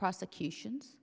prosecutions